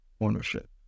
ownership